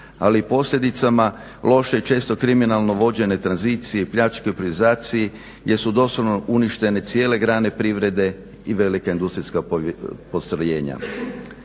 ali i posljedicama loše i često kriminalno vođene tranzicije i pljačke u privatizaciji gdje su doslovno uništene cijele grane privrede i velika industrijska postrojenja.